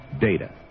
data